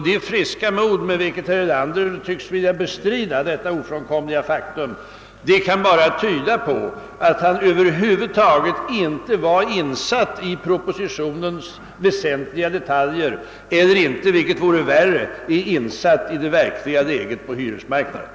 Det friska mod med vilket herr Erlander tycks vilja bestrida detta ofrånkomliga faktum kan bara tyda på att han över huvud taget inte var insatt i propositionens väsentliga detaljer eller — vilket vore värre — inte är insatt i det verkliga läget på hyresmarknaden.